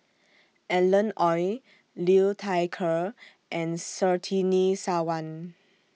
Alan Oei Liu Thai Ker and Surtini Sarwan